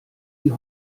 die